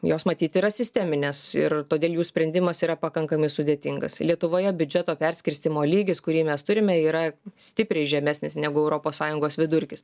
jos matyt yra sisteminės ir todėl jų sprendimas yra pakankamai sudėtingas lietuvoje biudžeto perskirstymo lygis kurį mes turime yra stipriai žemesnis negu europos sąjungos vidurkis